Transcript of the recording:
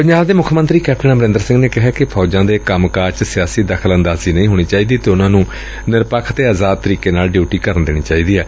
ਪੰਜਾਬ ਦੇ ਮੁੱਖ ਮੰਤਰੀ ਕੈਪਟਨ ਅਮਰਿੰਦਰ ਸਿੰਘ ਨੇ ਕਿਹੈ ਕਿ ਫੌਜਾਂ ਦੇ ਕੰਮ ਕਾਜ ਚ ਸਿਆਸੀ ਦਖਲ ਅੰਦਾਜ਼ੀ ਨਹੀਂ ਹੋਣੀ ਚਾਹੀਦੀ ਅਤੇ ਉਨੂਾਂ ਨੂੰ ਨਿਰਪੱਖ ਤੇ ਆਜ਼ਾਦ ਤਰੀਕੇ ਨਾਲ ਡਿਉਟੀ ਕਰਨ ਦੇਣੀ ਚਾਹੀਦੀ ਏ